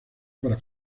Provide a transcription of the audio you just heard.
para